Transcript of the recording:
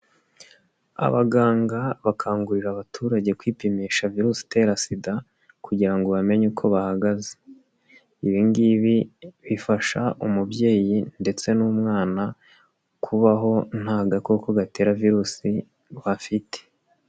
Abaganga bakangurira abaturage kwipimisha virusi itera SIDA kugira ngo bamenye uko bahagaze. Ibi ngibi bifasha umubyeyi ndetse n'umwana kubaho nta gakoko gatera virusi bafite.